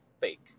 fake